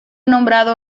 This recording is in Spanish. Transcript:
nombrado